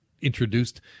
introduced